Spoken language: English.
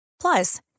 Plus